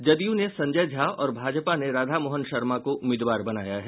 जदयू ने संजय झा और भाजपा ने राधा मोहन शर्मा को उम्मीदवार बनाया है